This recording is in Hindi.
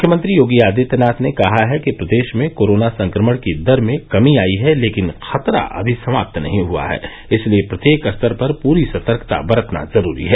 मुख्यमंत्री योगी आदित्यनाथ ने कहा है कि प्रदेश में कोरोना संक्रमण की दर में कमी आयी है लेकिन खतरा अभी समाप्त नहीं हुआ है इसलिए प्रत्येक स्तर पर पूरी सतर्कता बरतना जरूरी है